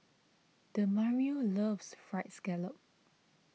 Demario loves Fried Scallop